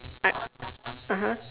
I (uh huh)